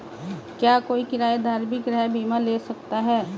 क्या कोई किराएदार भी गृह बीमा ले सकता है?